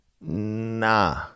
nah